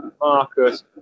Marcus